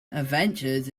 adventures